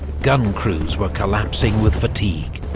gun crews were collapsing with fatigue.